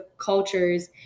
cultures